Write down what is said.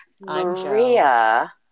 maria